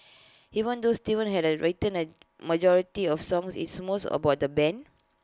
even though Steven and I have written A majority of songs it's more about the Band